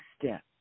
step